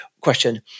question